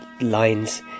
lines